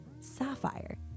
Sapphire